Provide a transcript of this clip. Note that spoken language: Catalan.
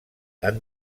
han